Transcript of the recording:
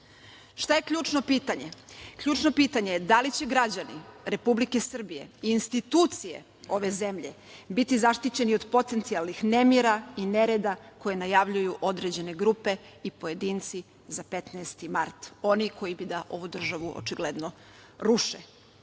je ključno pitanje? Ključno pitanje je da li će građani Republike Srbije i institucije ove zemlje biti zaštićeni od potencijalnih nemira i nereda koje najavljuju određene grupe i pojedinci za 15. mart, oni koji bi da ovu državu očigledno ruše.